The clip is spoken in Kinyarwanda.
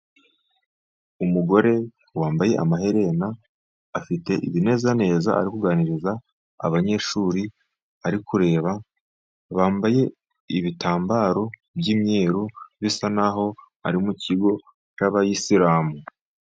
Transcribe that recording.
Umugore wambaye amaherena, afite ibinezaneza akuganiriza abanyeshuri, ari kureba, bambaye ibitambaro by'imyeru, bisa n'aho ari mu kigo cy'abayisilamu.